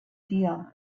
deal